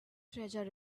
treasure